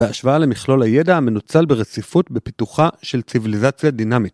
בהשוואה למכלול הידע המנוצל ברציפות בפיתוחה של ציוויליזציה דינאמית.